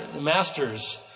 masters